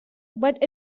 but